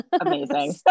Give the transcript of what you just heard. amazing